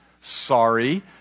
Sorry